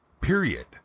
Period